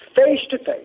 face-to-face